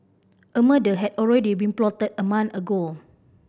a murder had already been plotted a month ago